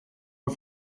man